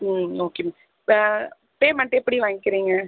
ம் ஓகே இப்போ பேமெண்ட் எப்படி வாங்கிக்கிறீங்க